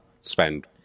spend